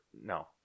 no